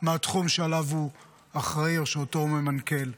מהתחום שלו הוא אחראי או שאותו הוא ממנכ"ל.